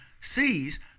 sees